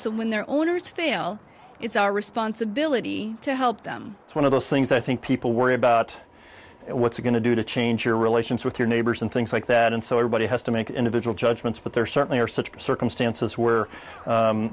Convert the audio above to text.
so when their own owners feel it's our responsibility to help them one of those things i think people worry about what's going to do to change your relations with your neighbors and things like that and so everybody has to make individual judgments but there certainly are such circumstances where